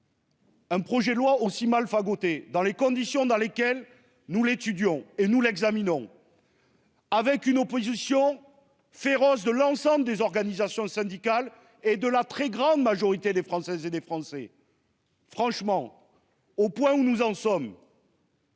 Un projet de loi aussi mal fagoté dans les conditions dans lesquelles nous l'étudions et nous l'examinons. Avec une opposition féroce de l'ensemble des organisations syndicales et de la très grande majorité des Françaises et des Français. Franchement au point où nous en sommes.